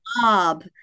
Bob